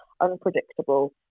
Unpredictable